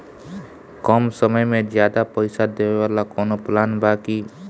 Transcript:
कम समय में ज्यादा पइसा देवे वाला कवनो प्लान बा की?